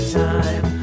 time